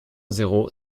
zéro